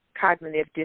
cognitive